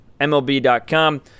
MLB.com